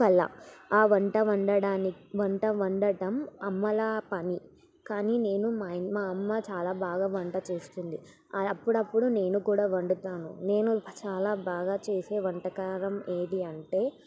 కళ ఆ వంట వండడానికి వంట వండటం అమ్మల పని కానీ నేను మరియు మా అమ్మ చాలా బాగా వంట చేస్తుంది అప్పుడప్పుడు నేను కూడా వండుతాను నేను చాలా బాగా చేసే వంటకం ఏది అంటే